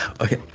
okay